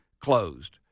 closed